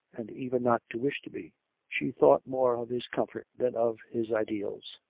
and even not to wish to be she thought more of his comfort than of his ideals.